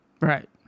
Right